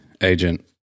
agent